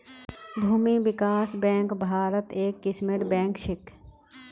भूमि विकास बैंक भारत्त एक किस्मेर बैंक छेक